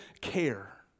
care